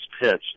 pitched